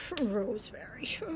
Rosemary